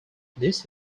this